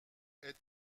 est